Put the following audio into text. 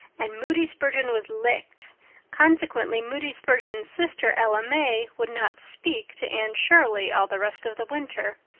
and moody spurgeon was licked consequently moody spurgeon's sister, ella may, would not speak to anne shirley all the rest of the winter.